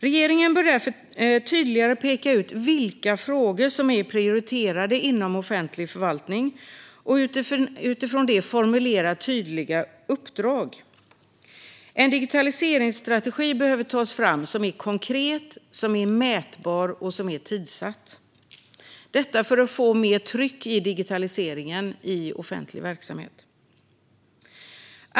Regeringen bör därför tydligare peka ut vilka frågor som är prioriterade inom offentlig förvaltning och utifrån detta formulera tydliga uppdrag. En digitaliseringsstrategi bör tas fram som är konkret, mätbar och tidsatt för att få mer tryck i digitaliseringen i offentlig verksamhet.